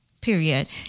period